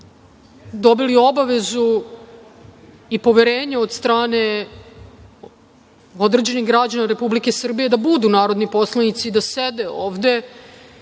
dobili obavezu i poverenje od strane određenih građana Republike Srbije da budu narodni poslanici, da sede ovde